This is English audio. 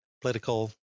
political